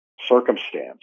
circumstance